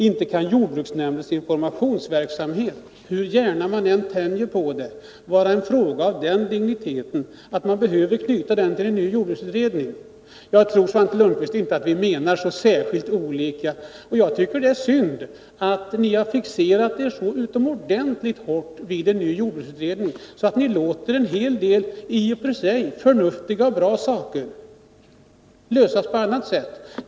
Inte kan jordbruksnämndens informationsverksamhet, hur gärna man än tänjer på begreppet, vara en fråga av den digniteten att man behöver knyta dem till en ny jordbruksutredning. Jagtror, Svante Lundkvist, inte att vi menar så särskilt olika. Jag tycker det är synd att ni har fixerat er så utomordentligt hårt vid en ny jordbruksutredning att ni låter en hel del i och för sig förnuftiga och bra saker lösas på annat sätt.